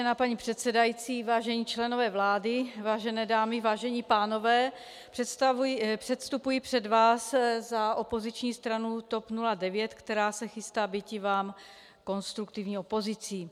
Vážená paní předsedající, vážení členové vlády, vážené dámy, vážení pánové, předstupuji před vás za opoziční stranu TOP 09, která se chystá býti vám konstruktivní opozicí.